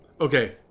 Okay